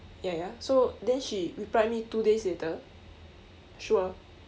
ya ya so then she replied me two days later sure